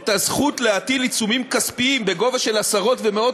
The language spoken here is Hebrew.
את הזכות להטיל עיצומים כספיים בגובה של עשרות ומאות